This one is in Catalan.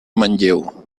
manlleu